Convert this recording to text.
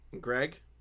Greg